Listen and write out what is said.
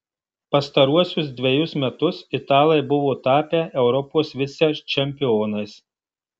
pastaruosius dvejus metus italai buvo tapę europos vicečempionais